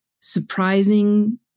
surprising